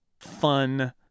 fun